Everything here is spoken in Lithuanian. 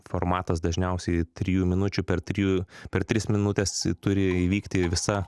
formatas dažniausiai trijų minučių per trijų per tris minutes turi įvykti visa